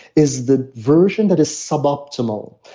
is the version that is suboptimal.